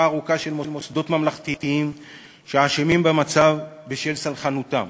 ארוכה מוסדות ממלכתיים שאשמים במצב בשל סלחנותם,